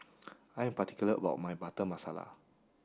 I am particular about my butter masala